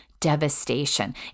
Devastation